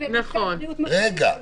זו